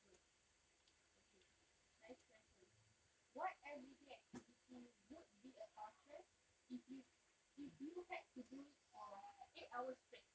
true okay next question what everyday activity would be a torture if you if you had to do it for eight hours straight